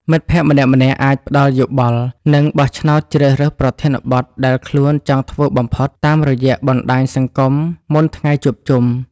មិត្តភក្តិម្នាក់ៗអាចផ្ដល់យោបល់ និងបោះឆ្នោតជ្រើសរើសប្រធានបទដែលខ្លួនចង់ធ្វើបំផុតតាមរយៈបណ្ដាញសង្គមមុនថ្ងៃជួបជុំ។